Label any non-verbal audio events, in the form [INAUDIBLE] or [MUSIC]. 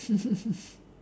[LAUGHS]